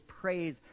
praise